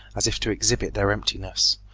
as if to exhibit their emptiness,